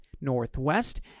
Northwest